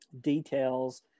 details